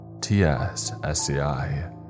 TS-SCI